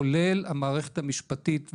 כולל המערכת המשפטית,